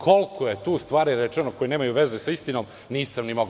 Koliko je tu stvari rečeno koje nemaju veze sa istinom, nisam ni mogao.